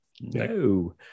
no